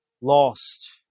Lost